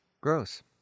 Gross